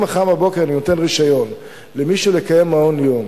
אם מחר בבוקר אני נותן רשיון למי שמקיים מעון-יום